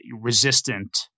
resistant